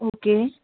okay